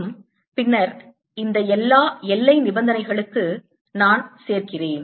மற்றும் பின்னர் இந்த எல்லா எல்லை நிபந்தனைகளுக்கு நான் சேர்க்கிறேன்